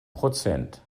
prozent